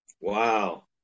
wow